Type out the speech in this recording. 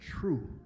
true